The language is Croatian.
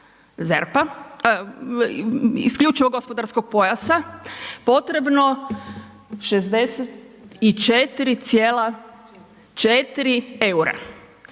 isključivog gospodarskog pojasa potrebno 64,4 eura.